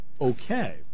Okay